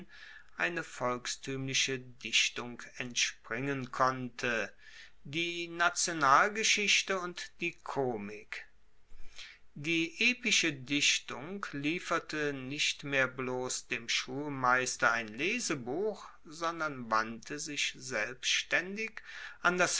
eine volkstuemliche dichtung entspringen konnte die nationalgeschichte und die komik die epische dichtung lieferte nicht mehr bloss dem schulmeister ein lesebuch sondern wandte sich selbstaendig an das